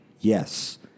Yes